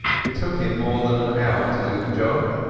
it took him more than an hour to do the job,